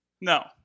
No